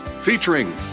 Featuring